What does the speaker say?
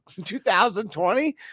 2020